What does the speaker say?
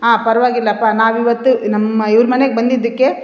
ಹಾಂ ಪರವಾಗಿಲ್ಲಪ್ಪ ನಾವು ಇವತ್ತು ನಮ್ಮ ಇವ್ರ ಮನೆಗೆ ಬಂದಿದ್ದಕ್ಕೆ